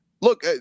Look